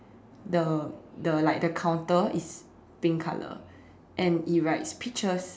the the like the counter is pink color and it writes peaches